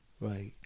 Right